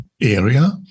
area